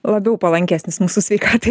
labiau palankesnis mūsų sveikatai